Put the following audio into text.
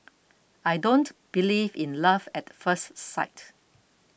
I don't believe in love at first sight